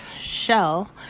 shell